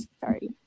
sorry